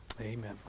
Amen